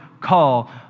call